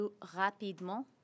rapidement